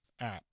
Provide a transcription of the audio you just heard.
app